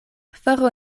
faro